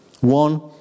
One